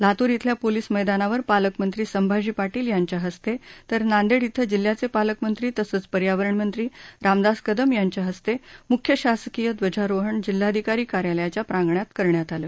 लातूर शिल्या पोलिस मैदानावर पालकमंत्री संभाजी पाटील यांच्या हस्ते तर नांदेड िि जिल्ह्याचे पालकमंत्री तसंच पर्यावरण मंत्री रामदास कदम यांच्याहस्ते मुख्य शासकीय ध्वजारोहण जिल्हाधिकारी कार्यालयाच्या प्रांगणात करण्यात आलं